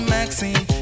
Maxine